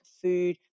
food